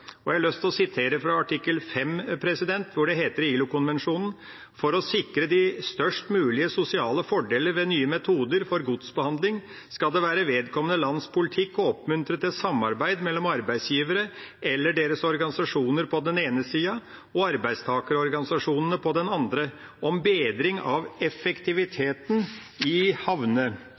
Jeg har lyst å sitere fra artikkel 5 i ILO-konvensjon 137: «For å sikre de størst mulige sosiale fordeler ved nye metoder for godsbehandling, skal det være vedkommende lands politikk å oppmuntre til samarbeid mellom arbeidsgivere eller deres organisasjoner på den ene siden, og arbeidstakerorganisasjonene på den andre, om bedring av effektiviteten i